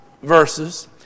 Verses